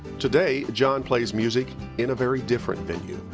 today, john plays music in a very different venue,